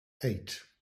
eight